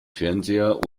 fernseher